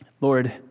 Lord